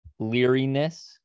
leeriness